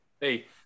Hey